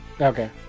Okay